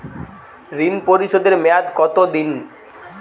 ঋণ পরিশোধের মেয়াদ কত দিন?